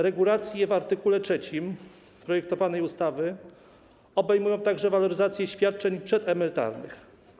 Regulacje w art. 3 projektowanej ustawy obejmują także waloryzację świadczeń przedemerytalnych.